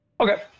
Okay